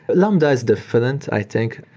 but lambda is different, i think.